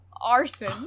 arson